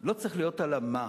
לא צריך להיות על ה"מה".